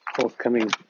forthcoming